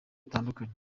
butandukanye